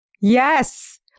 Yes